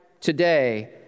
today